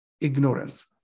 ignorance